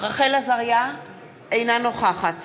אינה נוכחת